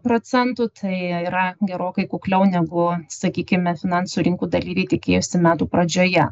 procentų tai yra gerokai kukliau negu sakykime finansų rinkų dalyviai tikėjosi metų pradžioje